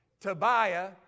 Tobiah